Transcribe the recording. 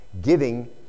giving